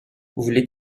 voulez